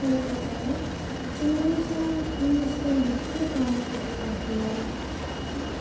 ಪರಿಸ್ಥಿತಿ ಆಗಿದೆ ಇಂಗ್ಲೀಷು ಇಂಗ್ಲೀಷ್ಗೆ ಹೆಚ್ಚು ಪ್ರಾಮುಖ್ಯತೆ ಕೊಡ್ತಿದ್ದಾರೆ ಊಂ